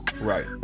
Right